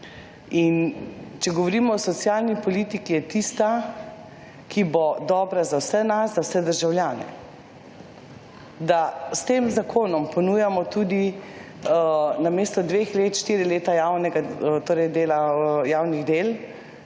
In če govorimo o socialni politiki je tista, ki bo dobra za vse nas, za vse državljane, da s tem zakonom ponujamo tudi namesto dveh let, štiri leta javnega, torej javnih del